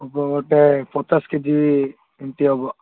ହେବ ଗୋଟେ ପଚାଶ କେ ଜି ଏମତି ହେବ